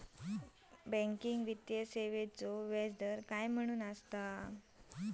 Banking वित्तीय सेवाचो व्याजदर असता काय?